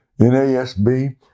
NASB